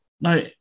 No